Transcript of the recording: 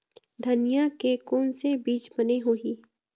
धनिया के कोन से बीज बने होही?